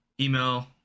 Email